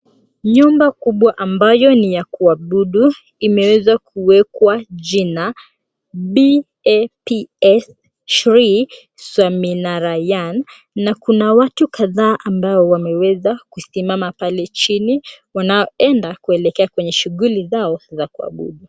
Nyumba kubwa ambayo ni ya kuabudu imeweza kuwekwa jina BAPS Shri Swaminarayan na kuna watu kadhaa ambao wameweza kusimama pale chini, wanaenda kuelekea kwenye shughuli zao za kuabudu.